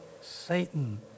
Satan